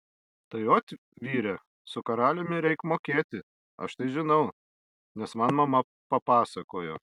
tai ot vyre su karaliumi reik mokėti aš tai žinau nes man mama papasakojo